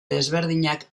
desberdinak